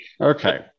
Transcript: Okay